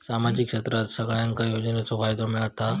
सामाजिक क्षेत्रात सगल्यांका योजनाचो फायदो मेलता?